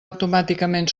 automàticament